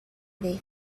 they